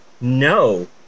No